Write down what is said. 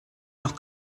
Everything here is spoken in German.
noch